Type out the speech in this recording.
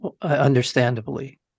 understandably